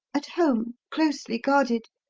at home, closely guarded.